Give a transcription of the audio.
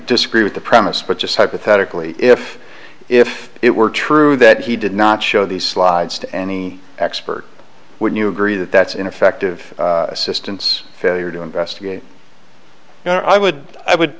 disagree with the premise but just hypothetically if if it were true that he did not show these slides to any expert would you agree that that's ineffective assistance failure to investigate and i would i would